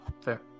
fair